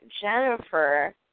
Jennifer